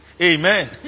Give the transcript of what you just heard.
Amen